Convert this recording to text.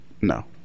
No